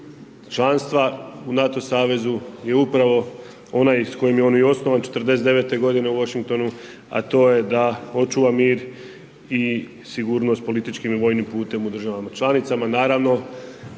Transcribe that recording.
članstva u NATO savezu je upravo onaj s kojim je on i osnovan 49.g. u Washingtonu, a to je da očuva mir i sigurnost političkim i vojnim putem u državama članicama,